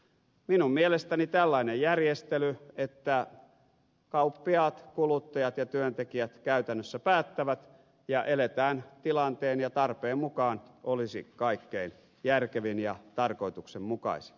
minun mielestäni tällainen järjestely että kauppiaat kuluttajat ja työntekijät käytännössä päättävät ja eletään tilanteen ja tarpeen mukaan olisi kaikkein järkevin ja tarkoituksenmukaisin